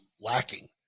lacking